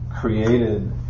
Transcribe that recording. created